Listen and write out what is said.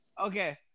Okay